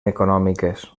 econòmiques